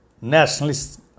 nationalist